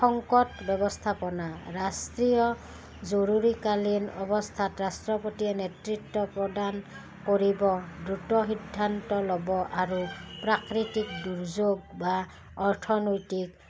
সংকট ব্যৱস্থাপনা ৰাষ্ট্ৰীয় জৰুৰীকালীন অৱস্থাত ৰাষ্ট্ৰপতিয়ে নেতৃত্ব প্ৰদান কৰিব দ্ৰুত সিদ্ধান্ত ল'ব আৰু প্ৰাকৃতিক দুৰ্যোগ বা অৰ্থনৈতিক